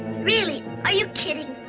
really? are you kidding?